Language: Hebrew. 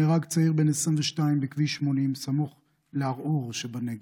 נהרג צעיר בן 22 בכביש 80 סמוך לערוער שבנגב.